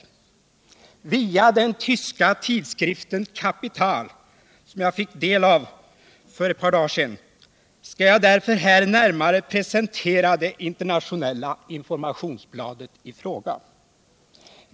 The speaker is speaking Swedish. Via den tyska tidskriften Kapital, som jag fick del av för ett par dagar sedan, skall jag därför här närmare presentera det internationella informationsbladet i fråga.